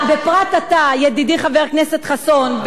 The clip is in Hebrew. ידידי חבר הכנסת חסון,